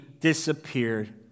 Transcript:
disappeared